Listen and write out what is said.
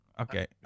okay